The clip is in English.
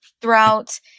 throughout